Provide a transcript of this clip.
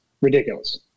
ridiculous